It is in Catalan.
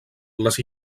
les